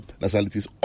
nationalities